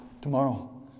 Tomorrow